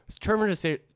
Terminator